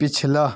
پچھلا